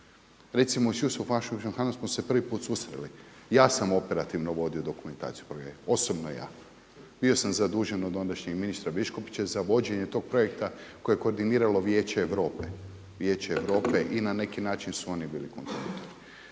Recimo s …/Govornik se ne razumije./… smo se prvi put susreli. Ja sam operativno vodio dokumentaciju projekta, osobno ja. Bio sam zadužen od ondašnjeg ministra Biškupića za vođenje tog projekta koje je koordiniralo Vijeće Europe, Vijeće Europe i na neki način su oni bili kontradiktorni.